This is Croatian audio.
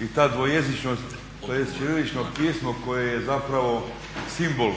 i ta dvojezičnost, tj. ćirilično pismo koje je zapravo simbol